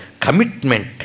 Commitment